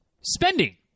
spending